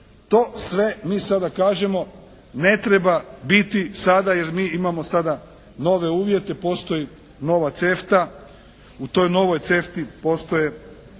to sve mi sada kažemo ne treba biti sada jer mi imamo sada nove uvjete, postoji nova CEFTA, u toj novoj CEFTA-i postoje